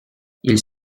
ils